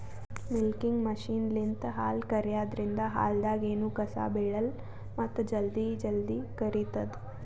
milking ಮಷಿನ್ಲಿಂತ್ ಹಾಲ್ ಕರ್ಯಾದ್ರಿನ್ದ ಹಾಲ್ದಾಗ್ ಎನೂ ಕಸ ಬಿಳಲ್ಲ್ ಮತ್ತ್ ಜಲ್ದಿ ಜಲ್ದಿ ಕರಿತದ್